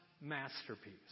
masterpiece